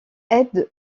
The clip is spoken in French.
aide